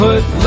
Put